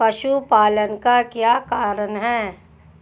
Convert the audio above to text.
पशुपालन का क्या कारण है?